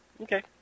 Okay